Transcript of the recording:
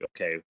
okay